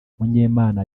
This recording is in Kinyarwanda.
munyemana